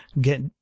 get